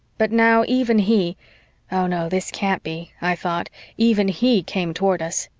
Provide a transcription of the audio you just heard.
but now even he oh, no, this can't be, i thought even he came toward us.